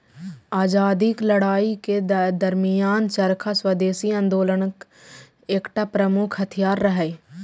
आजादीक लड़ाइ के दरमियान चरखा स्वदेशी आंदोलनक एकटा प्रमुख हथियार रहै